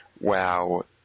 wow